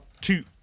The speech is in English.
two